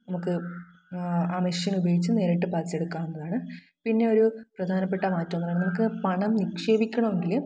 നമുക്ക് ആ മെഷ്യൻ ഉപയോഗിച്ച് നേരിട്ട് പതിച്ചെടുക്കാവുന്നതാണ് പിന്നെ ഒരു പ്രധാനപ്പെട്ട മാറ്റം എന്ന് പറയുന്നത് നമുക്ക് പണം നിക്ഷേപിയ്ക്കണമെങ്കിൽ